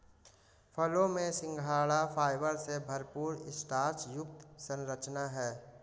फलों में सिंघाड़ा फाइबर से भरपूर स्टार्च युक्त संरचना है